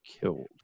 killed